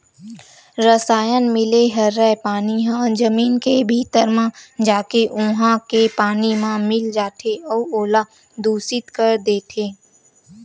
रसायन मिले हरय पानी ह जमीन के भीतरी म जाके उहा के पानी म मिल जाथे अउ ओला दुसित कर देथे